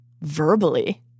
verbally